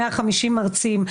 150 מרצים.